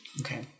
Okay